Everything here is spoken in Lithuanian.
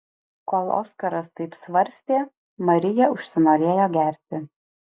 kol oskaras taip svarstė marija užsinorėjo gerti